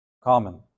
Common